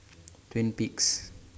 Twin Peaks